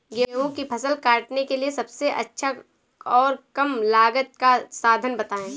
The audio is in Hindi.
गेहूँ की फसल काटने के लिए सबसे अच्छा और कम लागत का साधन बताएं?